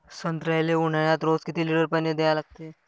संत्र्याले ऊन्हाळ्यात रोज किती लीटर पानी द्या लागते?